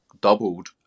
doubled